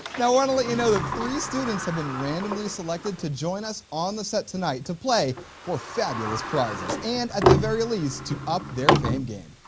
so and let you know that three students have been randomly selected to join us on the set tonight to play for fabulous prizes and at the very least to up their fame game.